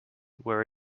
were